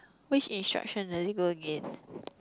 which instruction does it go against